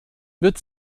wird